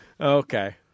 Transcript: okay